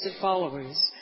followers